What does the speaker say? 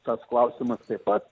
tad klausimas taip pat